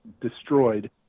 Destroyed